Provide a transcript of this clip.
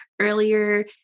earlier